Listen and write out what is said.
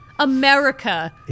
America